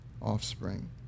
offspring